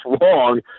wrong